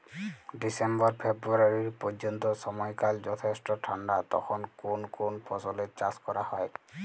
December February পর্যন্ত সময়কাল যথেষ্ট ঠান্ডা তখন কোন কোন ফসলের চাষ করা হয়?